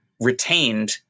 retained